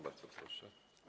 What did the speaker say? Bardzo proszę.